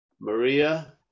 Maria